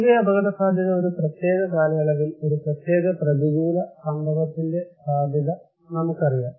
പൊതുവെ അപകടസാധ്യത ഒരു പ്രത്യേക കാലയളവിൽ ഒരു പ്രത്യേക പ്രതികൂല സംഭവത്തിന്റെ സാധ്യത നമുക്കറിയാം